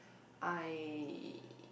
I